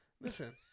Listen